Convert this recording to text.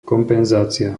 kompenzácia